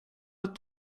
att